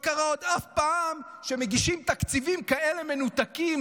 עוד לא קרה אף פעם שמגישים תקציבים כאלה מנותקים